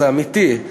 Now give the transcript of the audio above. זה אמיתי.